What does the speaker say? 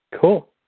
Cool